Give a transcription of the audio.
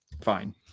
fine